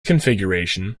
configuration